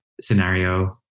scenario